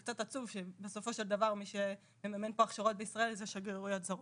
קצת עצוב שבסופו של דבר מי שממן פה הכשרות בישראל אלה שגרירויות זרות.